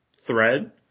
thread